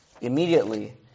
Immediately